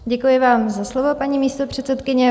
Děkuji vám za slovo, paní místopředsedkyně.